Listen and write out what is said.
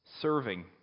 serving